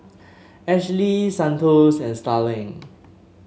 Ashlee Santos and Starling